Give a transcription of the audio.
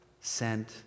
sent